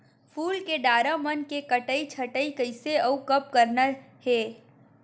फूल के डारा मन के कटई छटई कइसे अउ कब करना हे?